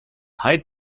hyde